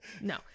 no